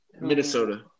Minnesota